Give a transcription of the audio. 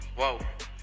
whoa